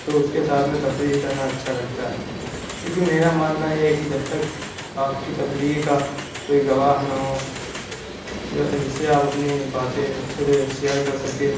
تو اس کے ساتھ میں تفریح کرنا اچھا لگتا ہے کیوں کہ میرا ماننا یہ ہے کہ جب تک آپ کی تفریح کا کوئی گواہ نہ ہو جو جس سے آپ اپنی باتیں اچھے سے شیئر کر سکیں